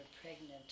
pregnant